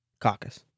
caucus